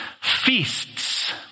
feasts